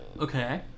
Okay